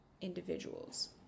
individuals